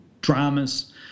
dramas